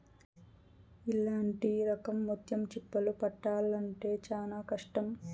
ఇట్లాంటి రకం ముత్యం చిప్పలు పట్టాల్లంటే చానా కష్టం